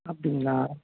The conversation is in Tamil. அப்படிங்களா